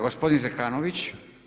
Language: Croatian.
Gospodin Zekanović.